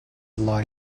lie